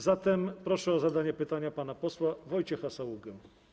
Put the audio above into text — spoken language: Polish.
Zatem proszę o zadanie pytania pana posła Wojciecha Saługę.